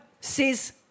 says